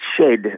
shed